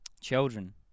Children